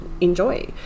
enjoy